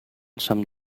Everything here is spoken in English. some